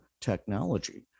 technology